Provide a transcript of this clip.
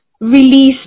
release